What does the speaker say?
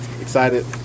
excited